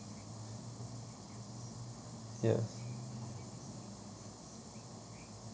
ya